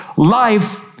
Life